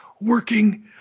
working